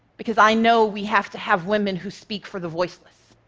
because i know we have to have women who speak for the voiceless.